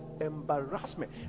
embarrassment